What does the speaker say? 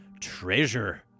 Treasure